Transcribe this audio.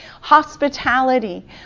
hospitality